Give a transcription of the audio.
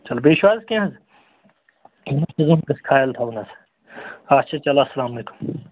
چلو بیٚیہِ چھُ حظ کینٛہہ یِمَن چیٖزَن ہیُٚنٛد گژھِ خیال تھاوُن حظ اچھا چلو اَسَلامُ علیکُم